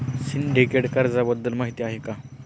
Syndicate कर्जाबद्दल माहिती आहे का?